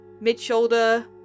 mid-shoulder